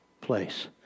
place